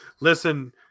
Listen